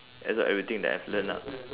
absorb everything that I've learnt lah